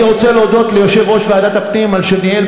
אני רוצה להודות ליושב-ראש ועדת הפנים על שניהל